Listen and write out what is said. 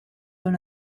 dans